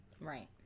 Right